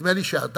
ונדמה לי ש"הדסה"